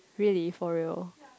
really for real